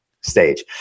stage